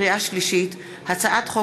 לקריאה שנייה ולקריאה שלישית: הצעת חוק